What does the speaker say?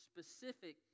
specific